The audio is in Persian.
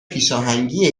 پیشاهنگی